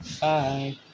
Bye